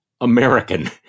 American